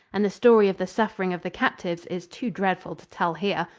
and the story of the suffering of the captives is too dreadful to tell here.